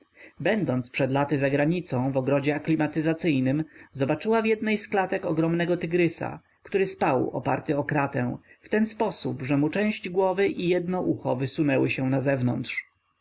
będąc przed laty zagranicą w ogrodzie aklimatyzacyjnym zobaczyła w jednej z klatek ogromnego tygrysa który spał oparty o kratę w taki sposób że mu część głowy i jedno ucho wysunęło się nazewnątrz